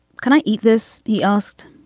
can i eat this? he asked.